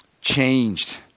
changed